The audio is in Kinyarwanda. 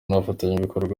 n’abafatanyabikorwa